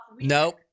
nope